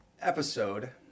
episode